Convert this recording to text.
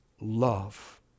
love